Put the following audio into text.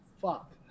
Fuck